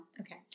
Okay